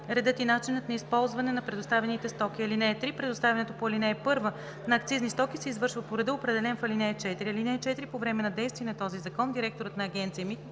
редът и начинът на използване на предоставените стоки. (3) Предоставянето по ал. 1 на акцизни стоки се извършва по реда, определен в ал. 4. (4) По време на действие на този закон директорът на Агенция